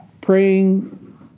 praying